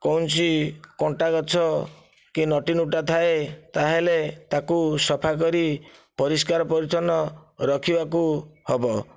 କୌଣସି କଣ୍ଟା ଗଛ କି ନଟିନୁଟା ଥାଏ ତାହେଲେ ତାକୁ ସଫା କରି ପରିଷ୍କାର ପରିଛନ୍ନ ରଖିବାକୁ ହେବ